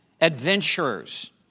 Adventurers